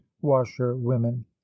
washerwomen